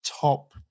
top